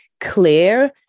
clear